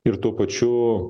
ir tuo pačiu